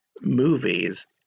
Movies